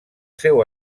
seu